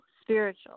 spiritual